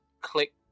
click